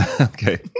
Okay